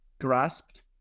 grasped